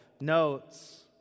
notes